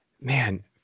man